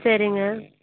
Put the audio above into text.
சரிங்க